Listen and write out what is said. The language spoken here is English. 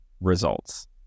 results